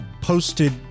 posted